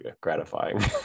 gratifying